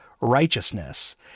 righteousness